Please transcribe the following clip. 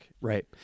Right